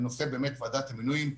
בנושא ועדת המינויים,